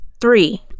Three